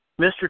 Mr